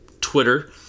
Twitter